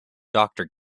doctor